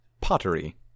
pottery